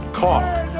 caught